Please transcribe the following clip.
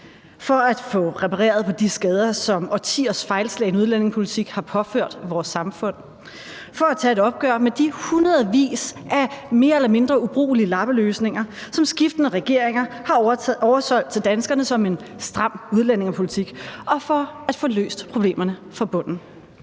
for at få repareret på de skader, som årtiers fejlslagne udlændingepolitik har påført vores samfund, for at tage et opgør med de hundredvis af mere eller mindre ubrugelige lappeløsninger, som skiftende regeringer har oversolgt til danskerne som en stram udlændingepolitik, og for at få løst problemerne fra bunden.